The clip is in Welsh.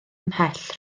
ymhell